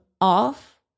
off